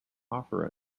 offer